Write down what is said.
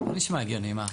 זה לא נשמע הגיוני, מה?